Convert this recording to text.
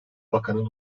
bakanın